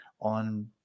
on